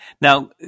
Now